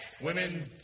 women